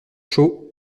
chaud